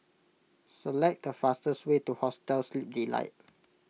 select the fastest way to Hostel Sleep Delight